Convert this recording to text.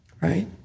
right